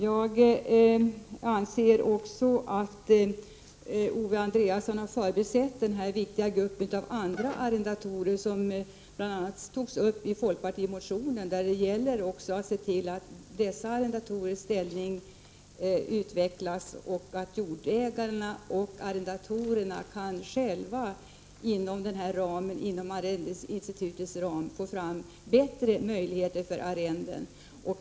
Jag anser också att Owe Andréasson har förbisett den viktiga gruppen bestående av andra arrendatorer, vilken bl.a. togs upp i folkpartimotionen. Det gäller att se till att dessa arrendatorers ställning förbättras och att jordägarna och arrendatorerna själva inom arrendeinstitutets ram kan få fram bättre möjligheter för arrenden.